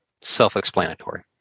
Self-explanatory